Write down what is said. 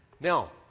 Now